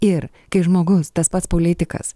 ir kai žmogus tas pats politikas